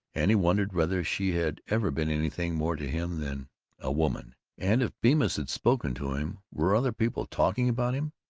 and he wondered whether she had ever been anything more to him than a woman. and if bemis had spoken to him, were other people talking about him?